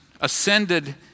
ascended